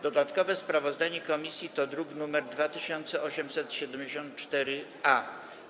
Dodatkowe sprawozdanie komisji to druk nr 2874-A.